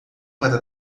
para